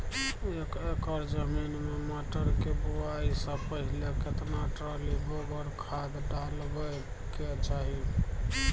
एक एकर जमीन में मटर के बुआई स पहिले केतना ट्रॉली गोबर खाद डालबै के चाही?